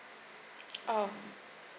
oh